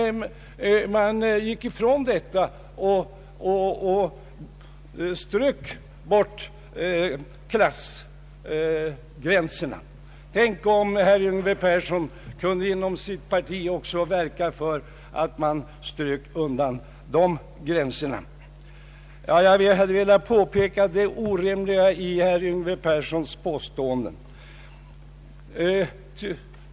Man gick ifrån detta och suddade bort klassgränserna. Tänk om herr Yngve Persson inom sitt parti kunde verka för att sudda bort dessa gränser! Jag vill här påpeka det orimliga i herr Yngve Perssons påståenden.